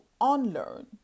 unlearn